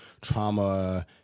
trauma